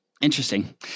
Interesting